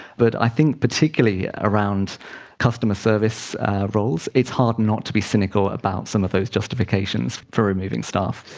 but i think particularly around customer service roles, it's hard not to be cynical about some of those justifications for removing staff.